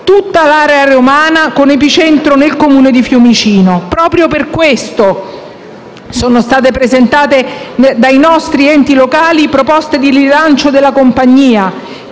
tutta l'area romana, con epicentro nel Comune di Fiumicino. Proprio per questo sono state presentate dai nostri enti locali proposte di rilancio della compagnia,